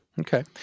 Okay